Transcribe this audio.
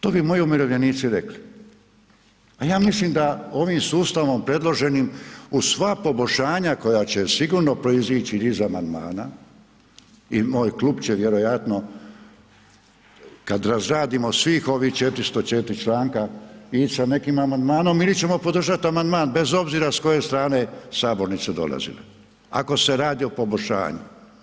To bi moji umirovljenici rekli, a ja mislim da ovim sustavom predloženim uz sva poboljšanja koja će sigurno proizići iz amandmana i moj klub će vjerojatno kad razradimo svih ovih 404 članka ili sa nekim amandmanom ili ćemo podržati amandman bez obzira s koje strane sabornice dolazila, ako se radi o poboljšanju.